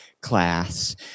class